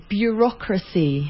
bureaucracy